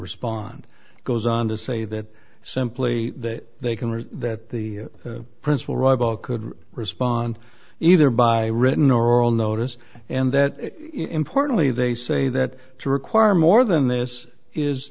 respond goes on to say that simply that they can read that the principal ribal could respond either by written or oral notice and that importantly they say that to require more than this is